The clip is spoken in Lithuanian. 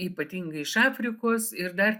ypatingai iš afrikos ir dar